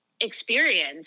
experience